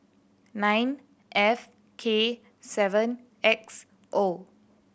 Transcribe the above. nine F K seven X O